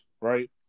right